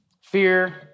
fear